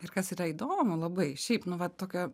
ir kas yra įdomu labai šiaip nu va tokia